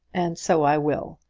and so i will,